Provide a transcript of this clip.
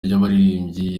ry’abaririmbyi